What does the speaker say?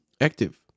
active